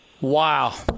Wow